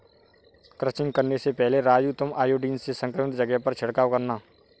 crutching करने से पहले राजू तुम आयोडीन से संक्रमित जगह पर छिड़काव करना